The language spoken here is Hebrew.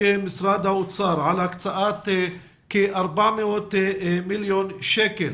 משרד האוצר על הקצאת כ-400 מיליון שקלים